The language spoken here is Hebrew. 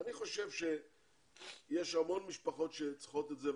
אני חושב שיש המון משפחות שצריכות את זה.